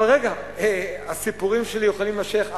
אבל רגע, הסיפורים שלי יכולים להימשך.